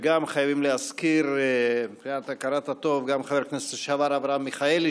חייבים להזכיר לפי הכרת הטוב גם את חבר הכנסת לשעבר אברהם מיכאלי,